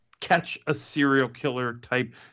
catch-a-serial-killer-type